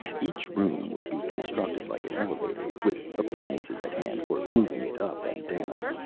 each room would be constructed like an elevator, with appliances at hand for moving it up and down.